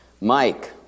Mike